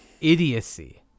idiocy